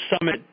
summit